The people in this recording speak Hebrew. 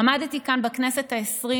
עמדתי כאן בכנסת העשרים